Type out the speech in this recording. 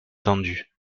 tendue